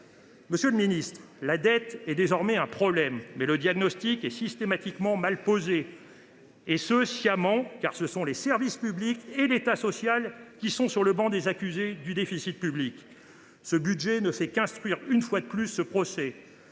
rassurent pas. La dette est désormais un problème, mais le diagnostic est systématiquement mal posé, et ce sciemment puisque ce sont les services publics et l’État social qui se retrouvent sur le banc des accusés du déficit public. Ce budget ne fait qu’instruire une fois de plus un tel procès.